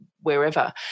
wherever